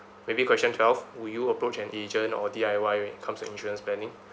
maybe question twelve would you approach an agent or D_I_Y when it comes to insurance planning